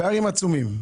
פערים עצומים.